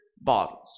bottles